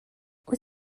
wyt